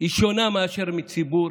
הן שונות מאשר מציבור